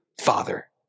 father